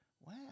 wow